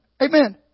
Amen